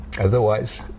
Otherwise